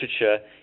literature